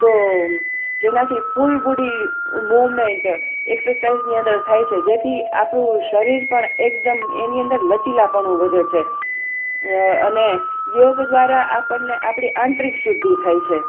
તો જેનાથી full body movement એક્સરસાઇઝની અંદર થાય છે જેથી આપણું શરીર પણ એકદમ એની અંદર લચીલાપણું વધે છે અને યોગ દ્વારા આપણને આપણી આંતરિક શુદ્ધિ થાય છે